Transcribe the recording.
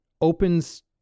opens